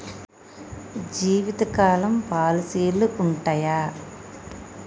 జీవితకాలం పాలసీలు ఉంటయా?